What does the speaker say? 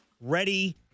Ready